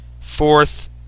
Fourth